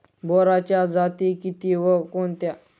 बोराच्या जाती किती व कोणत्या?